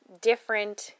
different